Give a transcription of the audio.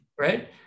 right